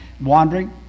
wandering